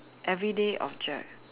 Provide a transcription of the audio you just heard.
everyday object